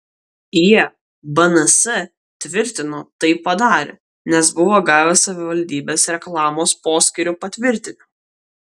jie bns tvirtino tai padarę nes buvo gavę savivaldybės reklamos poskyrio patvirtinimą